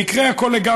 הכול במקרה לגמרי,